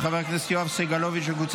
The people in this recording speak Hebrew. לא אושרה ותוסר מסדר-היום.